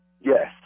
Yes